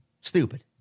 Stupid